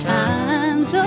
times